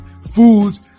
foods